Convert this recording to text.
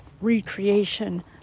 recreation